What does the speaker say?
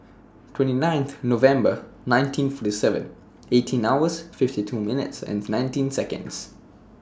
twenty ninth November nineteen forty seven eighteen hours fifty two minutes and nineteen Seconds